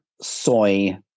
soy